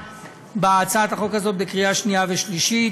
בהצעת החוק הזאת בקריאה שנייה ושלישית.